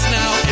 now